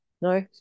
no